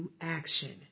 action